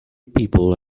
people